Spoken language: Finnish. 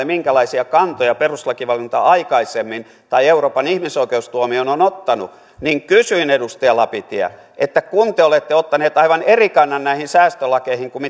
minkälaisia kantoja perustuslakivaliokunta aikaisemmin tai euroopan ihmisoikeustuomioistuin on ottanut niin kysyin edustaja lapintie kun te olette ottanut aivan eri kannan näihin säästölakeihin kuin